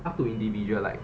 up to individual like